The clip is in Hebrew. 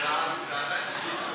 נתקבלו.